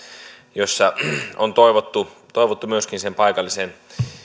joissa on toivottu toivottu myöskin sen paikallisen